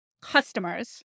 customers